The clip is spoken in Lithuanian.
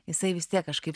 jisai vis tiek kažkaip